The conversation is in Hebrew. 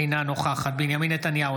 אינה נוכחת בנימין נתניהו,